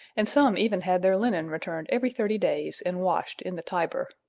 and some even had their linen returned every thirty days and washed in the tiber.